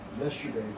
yesterday